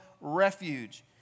refuge